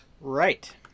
Right